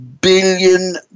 billion